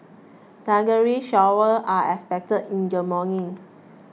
thundery showers are expected in the morning